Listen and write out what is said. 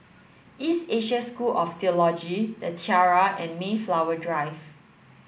East Asia School of Theology The Tiara and Mayflower Drive